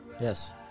Yes